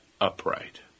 upright